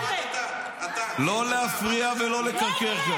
לא להפריע ולא לקרקר.